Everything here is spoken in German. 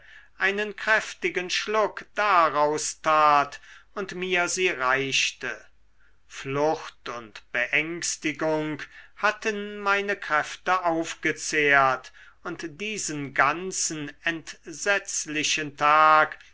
einen kräftigen schluck daraus tat und mir sie reichte flucht und beängstigung hatten meine kräfte aufgezehrt und diesen ganzen entsetzlichen tag